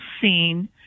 seen